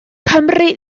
cymru